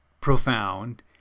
profound